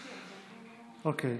אוקיי.